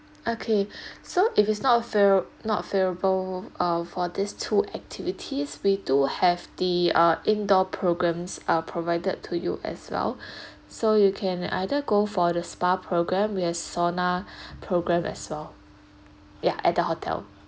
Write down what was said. okay so if it's not favour not favourable uh for these two activities we do have the uh indoor programmes uh provided to you as well so you can either go for the spa program we have sauna program as well ya at the hotel